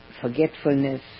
forgetfulness